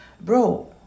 bro